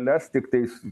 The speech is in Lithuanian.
mes tiktais